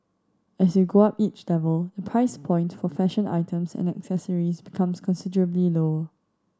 as you go up each level the price point for fashion items and accessories becomes considerably low